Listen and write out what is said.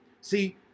See